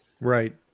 Right